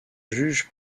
juges